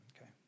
Okay